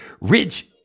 rich